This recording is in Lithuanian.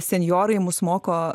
senjorai mus moko